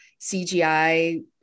CGI